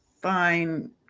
fine